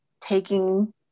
taking